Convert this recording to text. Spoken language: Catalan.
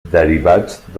derivats